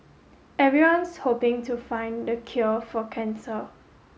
everyone's hoping to find the cure for cancer